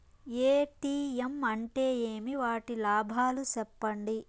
ATM అంటే ఏమి? వాటి లాభాలు సెప్పండి?